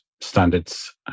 standards